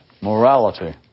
morality